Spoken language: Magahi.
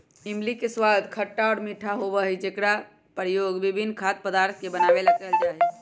इमली के स्वाद खट्टा और मीठा होबा हई जेकरा प्रयोग विभिन्न खाद्य पदार्थ के बनावे ला कइल जाहई